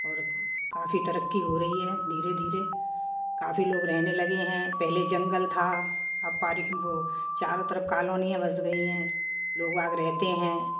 और काफ़ी तरक़्क़ी हो रही है धीरे धीरे काफ़ी लोग रहने लगे हें पहले जंगल था अब पहाड़ी वो चारों तरफ़ कालोनियाँ बस गई हैं लोग वोग रहते हें